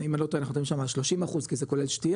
ואם אני לא טועה אנחנו מדברים שם על 30% כי זה כולל שתייה,